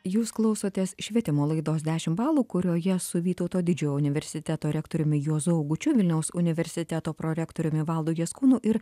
jūs klausotės švietimo laidos dešimt balų kurioje su vytauto didžiojo universiteto rektoriumi juozu augučiu vilniaus universiteto prorektoriumi valdu jaskūnu ir